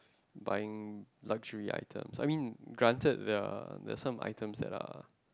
buying luxury items I mean granted there are there's some items that are